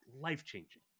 life-changing